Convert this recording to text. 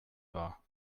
war